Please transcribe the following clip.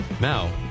Now